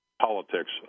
politics